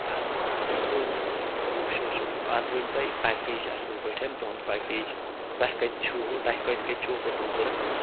وُچھُو وُچھُو اَتھ بَنہِ تۄہہِ پیکیج اَصٕل پٲٹھۍ تُہُنٛد پیکیج تۄہہِ کَتہِ چھُو تۄہہِ کَتہِ کَتہِ چھُو ہوٹَل ضروٗرت